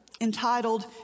Entitled